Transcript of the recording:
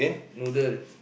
noodle